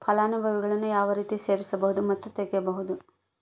ಫಲಾನುಭವಿಗಳನ್ನು ಯಾವ ರೇತಿ ಸೇರಿಸಬಹುದು ಮತ್ತು ತೆಗೆಯಬಹುದು?